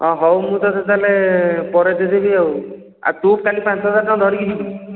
ହେଉ ମୁଁ ତୋତେ ତା'ହେଲେ ପରେ ଦେଇ ଦେବି ଆଉ ତୁ କାଲି ପାଞ୍ଚ ହଜାର ଟଙ୍କା ଧରିକି ଯିବୁ